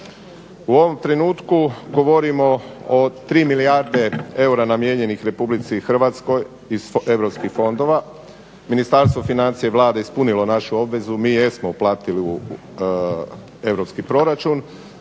U ovom trenutku govorimo o 3 milijarde eura namijenjenih Republici Hrvatskoj iz europskih fondova. Ministarstvo financija i Vlada ispunilo je našu obvezu, mi jesmo uplatili u europski proračun.